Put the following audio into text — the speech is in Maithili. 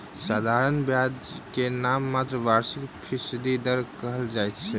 साधारण ब्याज दर के नाममात्र वार्षिक फीसदी दर कहल जाइत अछि